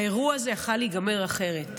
האירוע הזה יכול היה להיגמר אחרת,